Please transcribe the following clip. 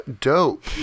dope